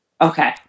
okay